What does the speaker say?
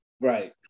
Right